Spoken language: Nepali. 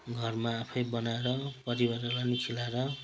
घरमा आफैँ बनाएर परिवारहरूलाई पनि खुवाएर